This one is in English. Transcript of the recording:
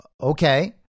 Okay